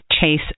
chase